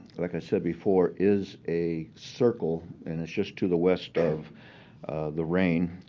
like i said before, is a circle. and it's just to the west of the reign.